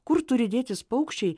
kur turi dėtis paukščiai